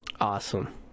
awesome